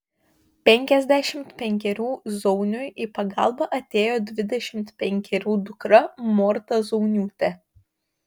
penkiasdešimt penkerių zauniui į pagalbą atėjo dvidešimt penkerių dukra morta zauniūtė